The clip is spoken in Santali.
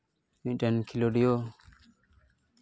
ᱢᱤᱫᱴᱮᱱ ᱠᱷᱮᱞᱳᱰᱤᱭᱟᱹ